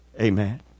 Amen